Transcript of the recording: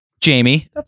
Jamie